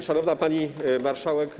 Szanowna Pani Marszałek!